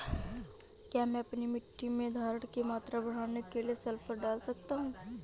क्या मैं अपनी मिट्टी में धारण की मात्रा बढ़ाने के लिए सल्फर डाल सकता हूँ?